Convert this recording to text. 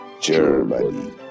Germany